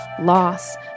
loss